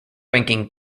ranking